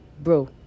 bro